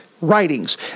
writings